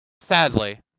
sadly